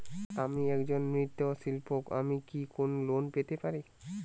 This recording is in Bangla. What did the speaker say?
আমি একজন মৃৎ শিল্পী আমি কি কোন লোন পেতে পারি?